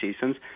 seasons